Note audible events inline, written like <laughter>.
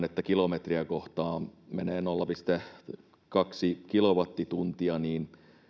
<unintelligible> että kilometriä kohtaan menee nolla pilkku kaksi kilowattituntia niin